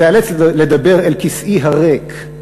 תיאלץ לדבר אל כיסאי הריק,